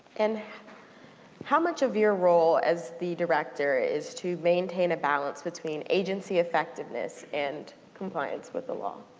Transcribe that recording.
and how much of your role as the director is to maintain a balance between agency effectiveness and compliance with the law?